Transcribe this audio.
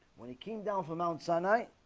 when he came down from mount sinai